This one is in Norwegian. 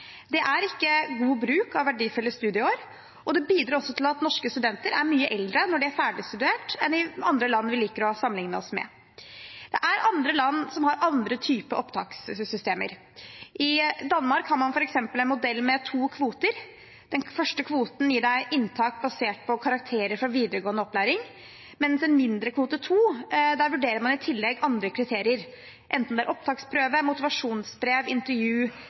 Det er ikke god bruk av verdifulle studieår, og det bidrar også til at norske studenter er mye eldre når de er ferdigstudert, enn i land vi liker å sammenligne oss med. Det er land som har andre typer opptakssystemer. I Danmark har man f.eks. en modell med to kvoter – en første kvote som gir inntak basert på karakterer fra videregående opplæring, og en mindre kvote 2, der man i tillegg vurderer en del andre kriterier, enten det er opptaksprøve, motivasjonsbrev, intervju,